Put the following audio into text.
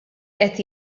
qed